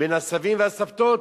בין הסבים והסבתות,